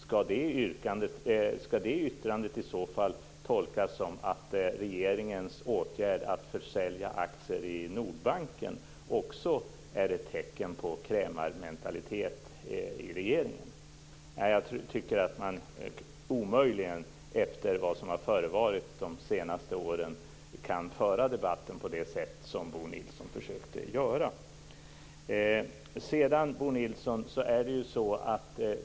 Skall det yttrandet tolkas som att regeringens åtgärd att försälja aktier i Nordbanken också var ett tecken på krämarmentalitet? Nej, jag tycker att man omöjligen, efter vad som har förevarit under de senaste åren, kan föra debatten på det sätt som Bo Nilsson försökte att göra.